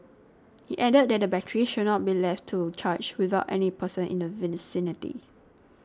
he added that the batteries should not be left to charge without any person in the vicinity